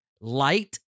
light